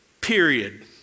period